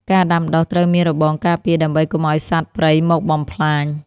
ការដាំដុះត្រូវមានរបងការពារដើម្បីកុំឱ្យសត្វព្រៃមកបំផ្លាញ។